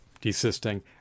desisting